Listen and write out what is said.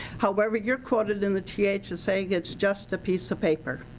however, you are quoted in the th as saying it's just a piece of paper.